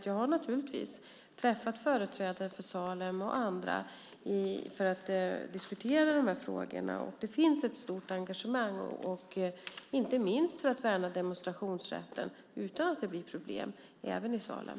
Jag har naturligtvis träffat företrädare för Salem och andra för att diskutera dessa frågor, och det finns ett stort engagemang, inte minst för att värna demonstrationsrätten utan att det blir problem även i Salem.